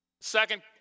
Second